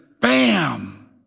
bam